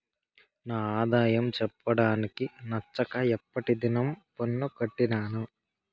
నా ఆదాయం చెప్పడానికి నచ్చక ఎప్పటి దినం పన్ను కట్టినాను